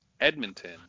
Edmonton